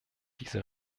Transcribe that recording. diese